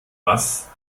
was